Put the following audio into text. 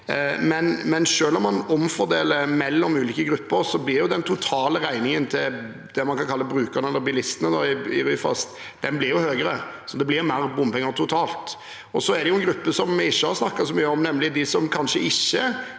nå. Selv om man omfordeler mellom ulike grupper, blir den totale regningen til det man kan kalle brukerne av Ryfast – bilistene – høyere, så det blir mer bompenger totalt. Så er det en gruppe som vi ikke har snakket så mye om, nemlig de som kanskje ikke